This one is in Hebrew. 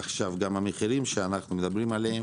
עכשיו, גם המחירים שאנחנו מדברים עליהם,